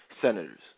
senators